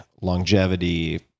longevity